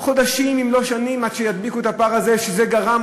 חודשים אם לא שנים עד שידביקו את הפער שהוא גרם,